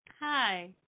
Hi